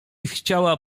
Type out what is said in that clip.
chciała